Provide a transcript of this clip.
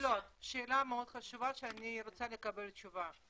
שאלה מאוד חשובה שאני רוצה לקבל תשובה,